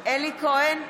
אלי כהן,